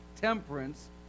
temperance